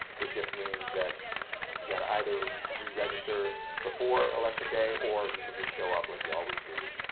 it just means that you gotta either re-register before election day or you can just show up like you always do